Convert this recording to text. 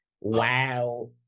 Wow